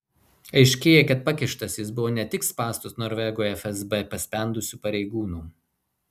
aiškėja kad pakištas jis buvo ne tik spąstus norvegui fsb paspendusių pareigūnų